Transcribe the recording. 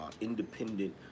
independent